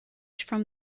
from